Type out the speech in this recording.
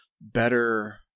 better